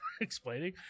explaining